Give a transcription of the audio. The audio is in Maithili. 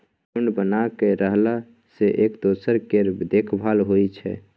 झूंड बना कय रहला सँ एक दोसर केर देखभाल होइ छै